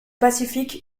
pacific